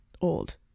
old